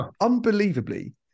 unbelievably